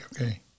okay